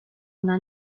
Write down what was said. una